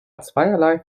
zweierlei